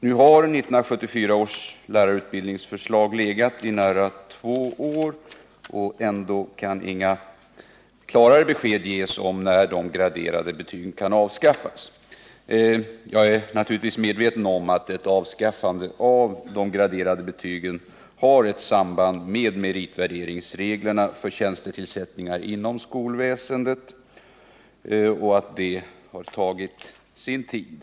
Nu har 1974 års lärarutbildnings förslag förelegat i nära två år, och ändå kan inga klarare besked ges om när de Jag är naturligtvis medveten om att ett avskaffande av de graderade betygen har ett samband med meritvärderingsreglerna för tjänstetillsättningar inom skolväsendet och att frågan därför tagit sin tid.